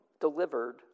delivered